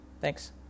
Thanks